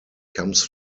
comes